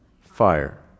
Fire